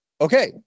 Okay